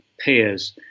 pairs